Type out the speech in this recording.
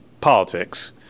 politics